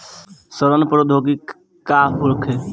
सड़न प्रधौगिकी का होखे?